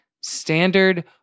standard